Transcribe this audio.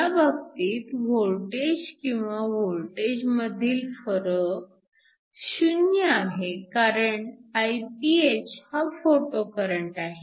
ह्या बाबतीत वोल्टेज किंवा वोल्टेजमधील फरक 0 आहे कारण Iph हा फोटो करंट आहे